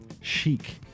Chic